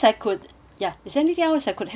ya is there anything else I could help you please